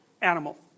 animal